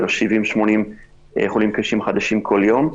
אבל יש 70 80 חולים קשים חדשים כל יום.